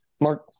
Mark